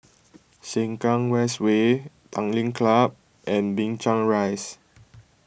Sengkang West Way Tanglin Club and Binchang Rise